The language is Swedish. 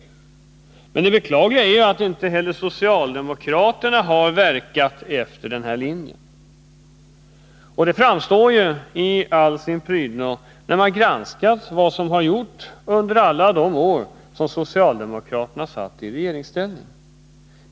Men det beklagliga är ju att inte heller socialdemokraterna har verkat efter denna linje. Det framstår i all sin prydno när man granskar vad som gjorts under alla de år som socialdemokraterna satt i regeringsställning.